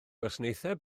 gwasanaethau